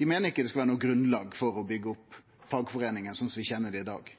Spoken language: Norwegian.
Dei meiner det ikkje skal vere noko grunnlag for å byggje opp fagforeiningane, slik vi kjenner dei i dag.